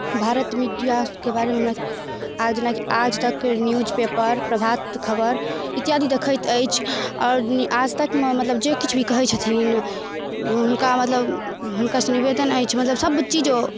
भारत मीडिआके बारेमे हमरा आज जेना आज तक न्यूज पेपर प्रभात खबर इत्यादि देखैत अछि आओर आज तकमे मतलब जे किछु भी कहै छथिन हुनका मतलब हुनकासँ निवेदन अछि मतलब सबचीज ओ